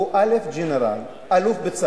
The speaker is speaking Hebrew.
קודם כול, הוא גנרל, אלוף בצה"ל.